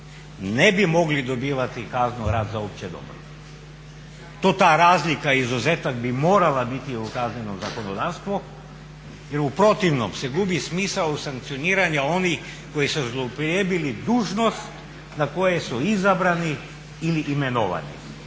ne bi mogli dobivati kaznu rad za opće dobro. To ta razlika, izuzetak bi morala biti u kaznenom zakonodavstvu, jer u protivnom se gubi smisao sankcioniranja onih koji su zloupotrijebili dužnost na koje su izabrani ili imenovani.